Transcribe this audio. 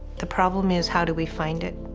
the problem is, how do we find it?